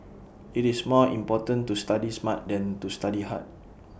IT is more important to study smart than to study hard